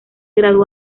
graduó